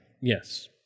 Yes